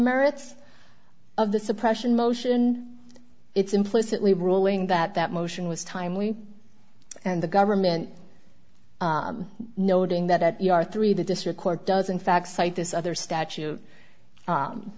merits of the suppression motion it's implicitly ruling that that motion was timely and the government noting that you are three the district court does in fact cite this other statute